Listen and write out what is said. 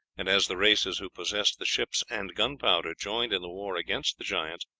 and as the races who possessed the ships and gunpowder joined in the war against the giants,